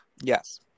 Yes